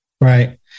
Right